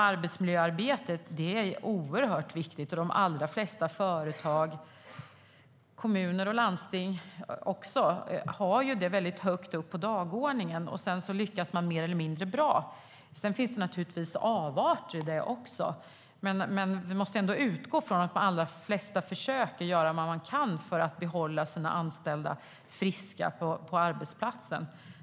Arbetsmiljöarbetet är oerhört viktigt, och de allra flesta företag och även kommuner och landsting har det högt upp på dagordningen. Sedan lyckas man mer eller mindre bra. Sedan finns det naturligtvis avarter, men vi måste ändå utgå från att de allra flesta försöker göra vad de kan för att behålla sina anställda friska på arbetsplatsen.